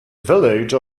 village